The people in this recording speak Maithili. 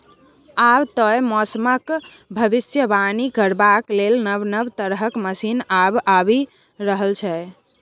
आब तए मौसमक भबिसबाणी करबाक लेल नब नब तरहक मशीन सब आबि रहल छै